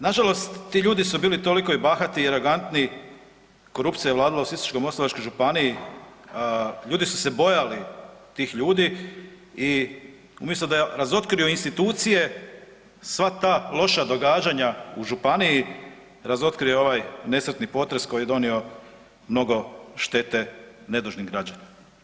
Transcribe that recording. Nažalost ti ljudi su bili i toliko bahati i arogantni, korupcija ja vladala u Sisačko-moslavačkoj županiji, ljudi su se bojali tih ljudi i umjesto da je razotkrio institucije sva ta loša događanja u županiji razotkrio je ovaj nesretni potres koji je donio mnogo štete nedužnim građanima.